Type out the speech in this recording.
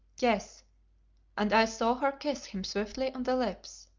yes and i saw her kiss him swiftly on the lips,